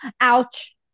ouch